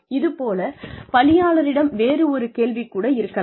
இதுபோல் பணியாளரிடம் வேறொரு கேள்வி கூட இருக்கலாம்